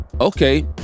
Okay